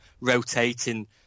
rotating